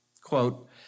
quote